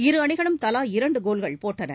இரு அணிகளும் தலா இரண்டு கோல்கள் போட்டன